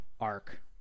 Arc